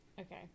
okay